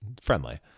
friendly